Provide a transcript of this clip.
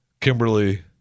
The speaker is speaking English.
Kimberly